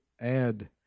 add